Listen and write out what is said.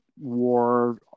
War